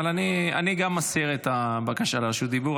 אבל גם אני מסיר את הבקשה לרשות דיבור,